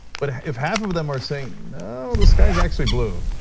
but if half of them are saying the sky is actually blue,